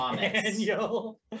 Daniel